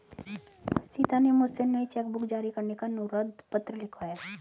सीता ने मुझसे नई चेक बुक जारी करने का अनुरोध पत्र लिखवाया